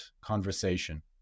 conversation